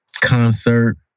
concert